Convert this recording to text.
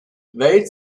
weil